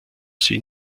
sie